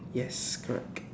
yes correct